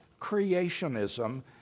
creationism